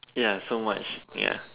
ya so much ya